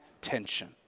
tension